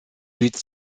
huit